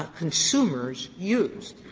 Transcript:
consumers used,